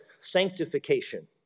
sanctification